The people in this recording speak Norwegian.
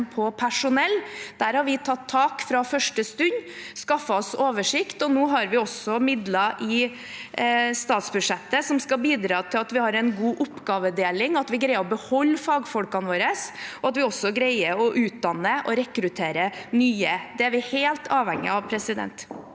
på personell. Der har vi tatt tak fra første stund og skaffet oss oversikt, og nå har vi også midler i statsbudsjettet som skal bidra til at vi har en god oppgavedeling, at vi greier å beholde fagfolkene våre, og at vi også greier å utdanne og rekruttere nye. Det er vi helt avhengig av. Sylvi